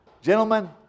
Gentlemen